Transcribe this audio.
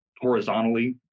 horizontally